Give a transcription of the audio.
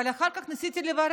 אבל אחר כך ניסיתי לברר,